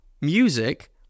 music